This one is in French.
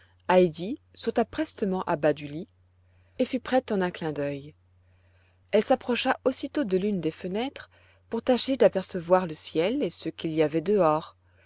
heidi sauta prestement à bas du lit et fut prête en un clin d'œil elle s'approcha aussitôt de l'une des fenêtres pour tâcher d'apercevoir le ciel et ce qu'il y avait dehors